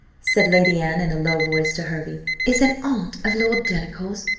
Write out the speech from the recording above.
said lady anne, in a low voice to hervey, is an aunt of lord delacour's.